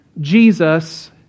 Jesus